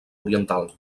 oriental